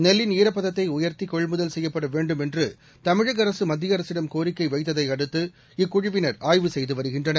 நெல்லின் ஈரப்பதத்தை உயர்த்தி கொள்முதல் செய்யப்பட வேண்டும் என்று தமிழக அரசு மத்திய அரசிடம் கோரிக்கை வைத்ததை அடுத்து இக்குழுவினர் ஆய்வு செய்து வருகின்றனர்